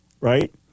right